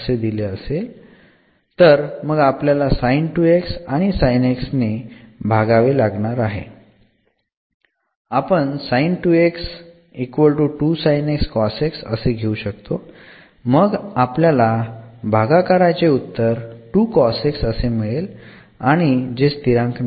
तर मग आपल्याला ने भागावे लागणार आहे आपण असे घेऊ शकतो मग आपल्याला भागाकाराचे उत्तर हे असे मिळेल आणि जे स्थिरांक नाही